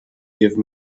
give